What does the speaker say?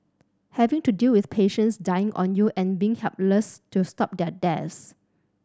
have to deal with patients dying on you and being helpless to stop their deaths